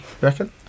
reckon